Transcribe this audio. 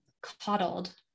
coddled